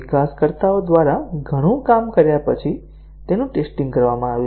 વિકાસકર્તાઓ દ્વારા ઘણું કામ કર્યા પછી તેનું ટેસ્ટીંગ કરવામાં આવ્યું છે